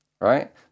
Right